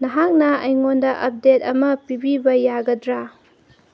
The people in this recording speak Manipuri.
ꯅꯍꯥꯛꯅ ꯑꯩꯉꯣꯟꯗ ꯑꯞꯗꯦꯠ ꯑꯃ ꯄꯤꯕꯤꯕ ꯌꯥꯒꯗ꯭ꯔꯥ